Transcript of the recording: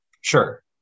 Sure